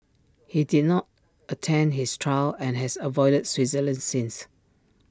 he did not attend his trial and his avoided Switzerland since